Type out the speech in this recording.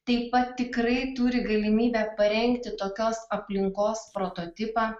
taip pat tikrai turi galimybę parengti tokios aplinkos prototipą